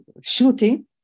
shooting